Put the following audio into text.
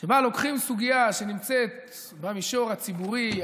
שבה לוקחים סוגיה שנמצאת במישור הציבורי,